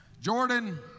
Jordan